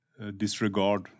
disregard